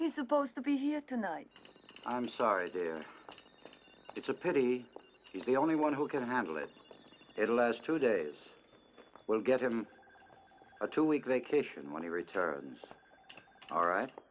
he's supposed to be here tonight i'm sorry do it's a pity he's the only one who can handle this it'll last two days we'll get him a two week vacation when he returns all right